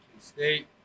State